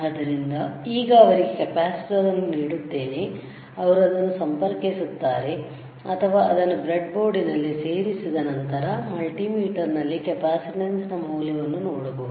ಆದ್ದರಿಂದ ಈಗ ಅವರಿಗೆ ಕೆಪಾಸಿಟರ್ ಅನ್ನು ನೀಡುತ್ತೇನೆ ಅವರು ಅದನ್ನು ಸಂಪರ್ಕಿಸುತ್ತಾರೆ ಅಥವಾ ಅದನ್ನು ಬ್ರೆಡ್ ಬೋರ್ಡ್ ನಲ್ಲಿ ಸೇರಿಸೀದ ನಂತರ ಮಲ್ಟಿಮೀಟರ್ ನಲ್ಲಿ ಕೆಪಾಸಿಟನ್ಸ್ ನ ಮೌಲ್ಯವನ್ನು ನೋಡಬಹುದು